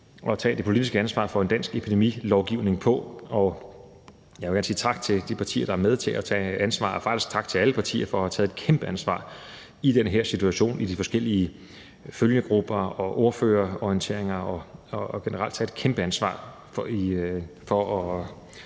at tage det politiske ansvar for en dansk epidemilovgivning på, og jeg vil gerne sige tak til de partier, der er med til at tage ansvar, faktisk tak til alle partier for at have taget et kæmpe ansvar i den her situation i de forskellige følgegrupper og ordførerorienteringer og generelt for at tage et kæmpe ansvar for at